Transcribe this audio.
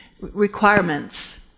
requirements